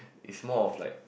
is more of like